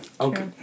Okay